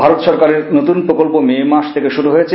ভারত সরকারের নতুন প্রকল্প মে মাস থেকে শুরু হয়েছে